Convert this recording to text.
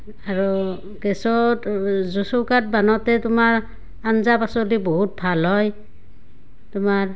আৰু গেছত জুই চৌকাত বানাওঁতে তোমাৰ আঞ্জা পাচলি বহুত ভাল হয় তোমাৰ